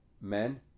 men